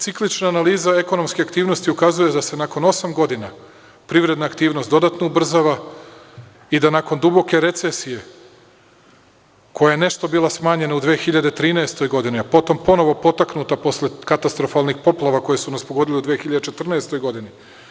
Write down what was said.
Ciklična analiza ekonomske aktivnosti ukazuje da se nakon osam godina privredna aktivnost dodatno ubrzava i da nakon duboke recesije koja je nešto bila smanjena u 2013. godini, a potom ponovo potaknuta posle katastrofalnih poplava koje su nas pogodile u 2014. godini.